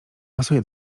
pasuje